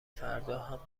فرداهم